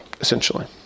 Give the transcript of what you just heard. essentially